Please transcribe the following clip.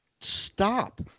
Stop